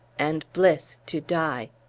and bliss to die.